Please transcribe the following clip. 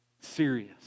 serious